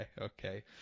Okay